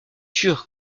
sûr